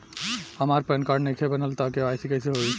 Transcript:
हमार PAN card नईखे बनल त के.वाइ.सी कइसे होई?